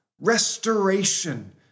restoration